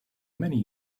many